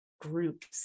groups